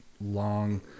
long